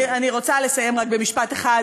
אני רוצה לסיים רק במשפט אחד